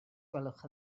gwelwch